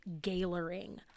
galering